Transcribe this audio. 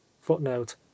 footnote